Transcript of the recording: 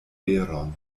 veron